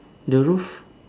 the roof